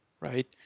right